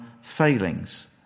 failings